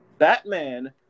Batman